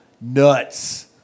nuts